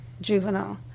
juvenile